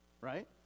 right